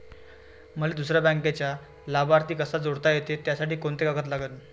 मले दुसऱ्या बँकेचा लाभार्थी कसा जोडता येते, त्यासाठी कोंते कागद लागन?